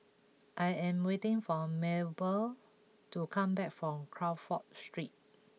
I am waiting for Mabelle to come back from Crawford Street